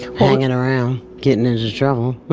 hanging around, getting into trouble